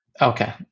Okay